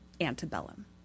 antebellum